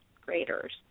graders